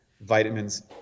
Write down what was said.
vitamins